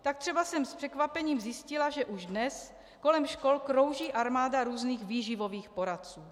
Tak třeba jsem s překvapením zjistila, že už dnes kolem škol krouží armáda různých výživových poradců.